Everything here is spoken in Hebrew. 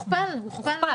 הסכום הוכפל.